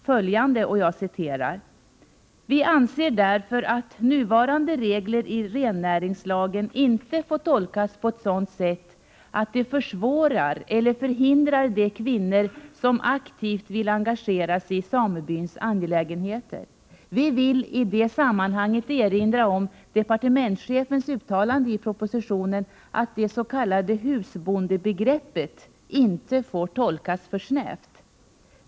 följande: Vi anser därför att nuvarande regler i rennäringslagen inte får tolkas på ett sådant sätt att det försvårar för eller hindrar de kvinnor som aktivt vill engagera sig i samebyns angelägenheter. Vi vill i det sammanhanget erinra om departementschefens uttalande i propositionen att det s.k. husbondebegreppet inte får tolkas för snävt.